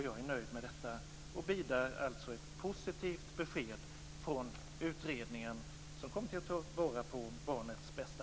Jag är nöjd med detta och bidar alltså ett positivt besked från utredningen som kommer att ta vara på barnets bästa.